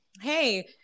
hey